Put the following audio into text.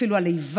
אפילו על איבה,